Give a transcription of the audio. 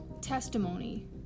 testimony